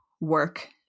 work